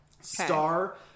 Star